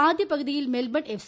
ആദ്യ പകുതിയിൽ കൃമ്ൽബൺ എഫ്